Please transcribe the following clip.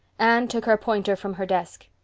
anne took her pointer from her desk.